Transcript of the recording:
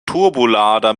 turbolader